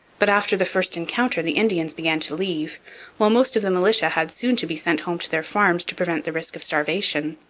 but after the first encounter the indians began to leave while most of the militia had soon to be sent home to their farms to prevent the risk of starvation.